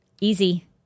Easy